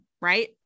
Right